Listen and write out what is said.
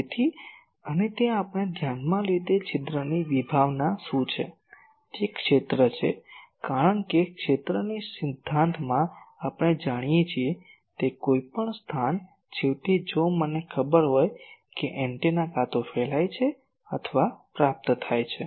તેથી અને તે આપણે ધ્યાનમાં લીધેલ છિદ્રની વિભાવના શું છેતે ક્ષેત્ર છે કારણ કે ક્ષેત્રની સિદ્ધાંતમાં આપણે જાણીએ છીએ તે કોઈ પણ સ્થાન છેવટે જો મને ખબર હોય કે એન્ટેના કાં તો ફેલાય છે અથવા પ્રાપ્ત થાય છે